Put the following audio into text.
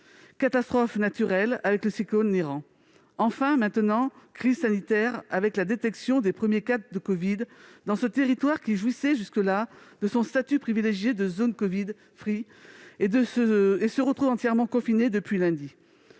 catastrophe naturelle liée au passage du cyclone Niran. Enfin, la crise est aussi sanitaire, avec la détection des premiers cas de covid dans ce territoire qui jouissait jusque-là de son statut privilégié de zone, et qui se retrouve entièrement confiné depuis lundi.